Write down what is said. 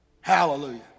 Hallelujah